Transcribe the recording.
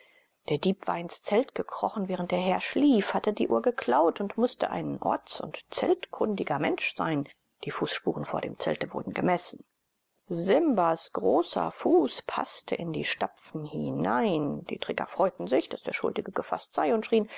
der dieb war ins zelt gekrochen während der herr schlief hatte die uhr geklaut und mußte ein orts und zeltkundiger mensch sein die fußspuren vor dem zelte wurden gemessen simbas großer fuß paßte in die stapfen hinein die träger freuten sich daß der schuldige gefaßt sei und schrien